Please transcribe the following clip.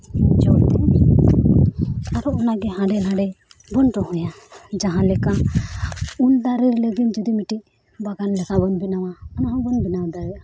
ᱡᱚ ᱠᱟᱛᱮᱫ ᱟᱨᱚ ᱚᱱᱟ ᱜᱮ ᱦᱟᱸᱰᱮᱼᱱᱟᱰᱮ ᱵᱚᱱ ᱨᱚᱦᱚᱭᱟ ᱡᱟᱝ ᱡᱟᱦᱟᱸ ᱞᱮᱠᱟ ᱩᱞ ᱫᱟᱨᱮ ᱞᱟᱹᱜᱤᱫ ᱡᱩᱫᱤ ᱢᱤᱫᱴᱤᱡ ᱵᱟᱜᱟᱱ ᱞᱮᱠᱟ ᱵᱚᱱ ᱵᱮᱱᱟᱣᱟ ᱚᱱᱟ ᱦᱚᱸᱵᱚᱱ ᱵᱮᱱᱟᱣ ᱫᱟᱲᱮᱭᱟᱜᱼᱟ